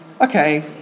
okay